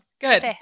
Good